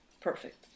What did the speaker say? perfect